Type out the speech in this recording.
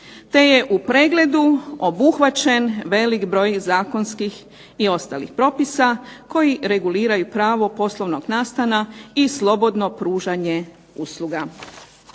te je u pregledu obuhvaćen velik broj zakonskih i ostalih propisa koji reguliraju pravo poslovnog nastana i slobodno pružanje usluga.